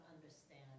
understand